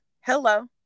Hello